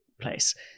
place